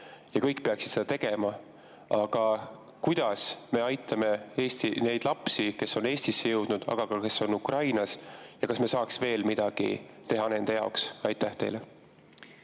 ja kõik peaksid seda tegema, aga kuidas me aitame neid lapsi, kes on Eestisse jõudnud, aga ka [neid], kes on Ukrainas? Ja kas me saaksime veel midagi teha nende jaoks? Aitäh!